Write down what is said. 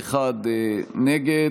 61 נגד.